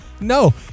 No